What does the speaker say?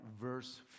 verse